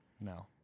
No